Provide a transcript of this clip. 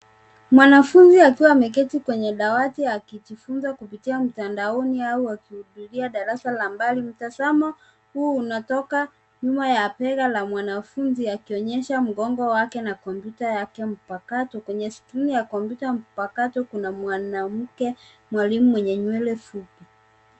Mwanafunzi akiwa ameketi kwenye dawati akijifunza kupitia mtandaoni au akihudhuria darasa la mbali. Mtazamo huu unatoka nyuma ya bega la mwanafunzi akionyesha mgongo wake na kompyuta yake mpakato. Kwenye skrini ya kompyuta mpakato kuna mwanamke mwalimu mwenye nywele fupi.